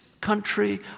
country